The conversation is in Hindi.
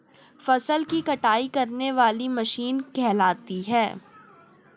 फसल की कटाई करने वाली मशीन कहलाती है?